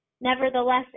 Nevertheless